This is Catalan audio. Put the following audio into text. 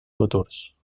futurs